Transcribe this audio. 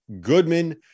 goodman